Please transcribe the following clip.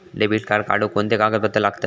Debit card काढुक कोणते कागदपत्र लागतत?